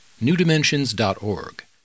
newdimensions.org